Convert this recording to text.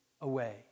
away